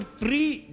free